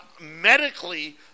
medically